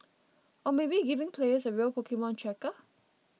or maybe giving players a real Pokemon tracker